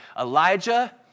Elijah